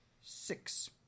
six